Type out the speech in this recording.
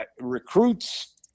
recruits